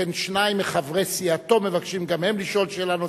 שכן שניים מחברי סיעתו מבקשים גם הם לשאול שאלה נוספת.